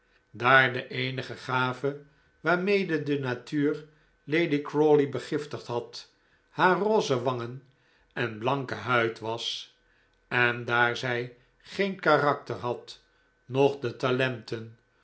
daar de eenige gave waarmede de natuur lady crawley begiftigd had haar roze wangen en blanke huid was en daar zij geen karakter had noch de talenten